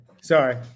sorry